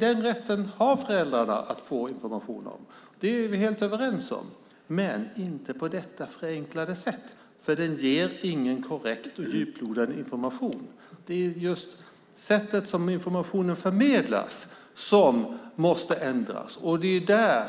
Det har föräldrarna rätt att få information om - det är vi helt överens om - men inte på detta förenklade sätt, för det ger ingen korrekt och djuplodande information. Det är just sättet att förmedla informationen på som måste ändras. Det är där